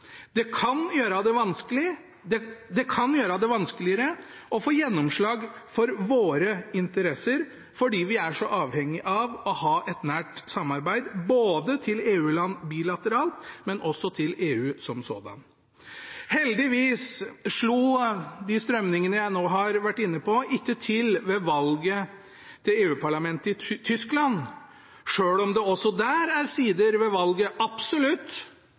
Det kan gjøre det vanskeligere å få gjennomslag for våre interesser fordi vi er så avhengig av å ha et nært samarbeid både med EU-land bilateralt og med EU som sådan. Heldigvis slo de strømningene jeg nå har vært inne på, ikke til ved valget til EU-parlamentet i Tyskland, selv om det også der absolutt er sider ved valget